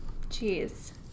Jeez